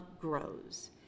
grows